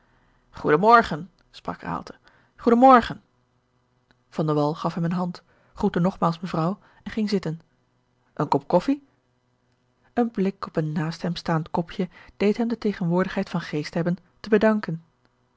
gaf hem eene hand groette nogmaals mevrouw en ging zitten een kop koffij een blik op een naast hem staand kopje deed hem de tegenwoordigheid van geest hebben te bedanken